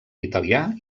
italià